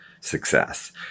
success